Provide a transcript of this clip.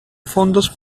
fondos